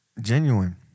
Genuine